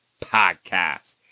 podcast